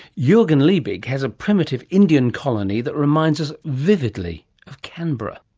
jurgen liebig has a primitive indian colony that reminds us vividly of canberra.